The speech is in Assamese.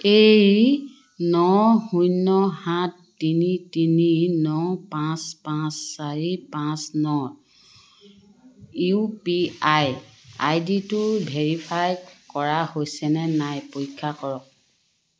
এই ন শূন্য সাত তিনি তিনি ন পাঁচ পাঁচ চাৰি পাঁচ ন ইউ পি আই আই ডিটো ভেৰিফাই কৰা হৈছেনে নাই পৰীক্ষা কৰক